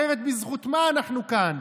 אחרת בזכות מה אנחנו כאן?